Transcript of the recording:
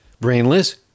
Brainless